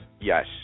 Yes